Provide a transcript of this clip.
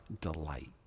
delight